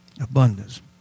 Abundance